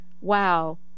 wow